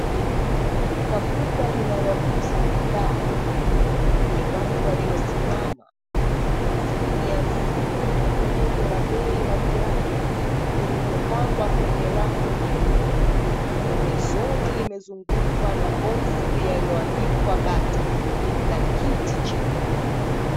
Duka kubwa linalouza bidhaa, lenye watu waliosimama, asilimia hamsini ya punguzo la bei la viatu vilivyopangwa kwenye rafu nyeupe. Pembezoni limezungukwa na boksi yaliyoandikwa bata na kiti chekundu.